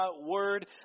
word